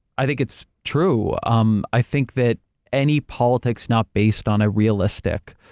i think it's true. um i think that any politics not based on a realistic